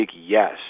yes